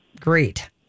great